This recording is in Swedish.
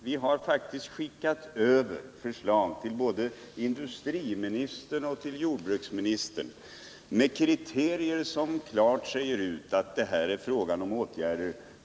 Vi har faktiskt skickat över förslag till både industriministern och jordbruksministern med sådana kriterier.